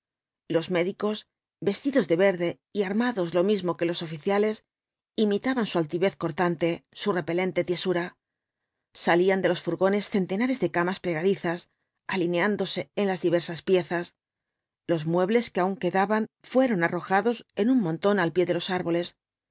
los médicos vestidos de verde y armados lo mismo que los oficiales imitaban su altivez cortante su repelente tiesura salían de los furgones centenares de camas plegadizas alineándose en las diversas piezas los muebles que aun quedaban fueron arrojados en montón al pie de los árboles